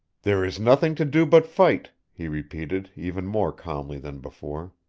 there is nothing to do but fight, he repeated, even more calmly than before.